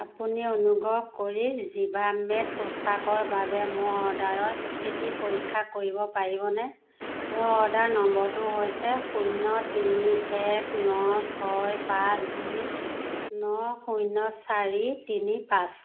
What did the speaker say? আপুনি অনুগ্ৰহ কৰি জিভামেত পোচাকৰ বাবে মোৰ অৰ্ডাৰৰ স্থিতি পৰীক্ষা কৰিব পাৰিবনে মোৰ অৰ্ডাৰ নম্বৰটো হৈছে শূন্য় তিনি এক ন ছয় পাঁচ দুই ন শূন্য় চাৰি তিনি পাঁচ